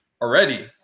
already